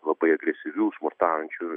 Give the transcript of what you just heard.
labai agresyvių smurtaujančių